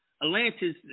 Atlantis